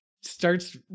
starts